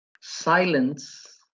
Silence